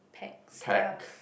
pack stuff